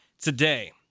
today